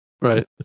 Right